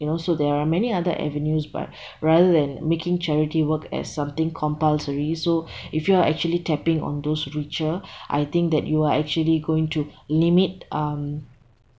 you know so there are many other avenues but rather than making charity work as something compulsory so if you are actually tapping on those richer I think that you are actually going to limit um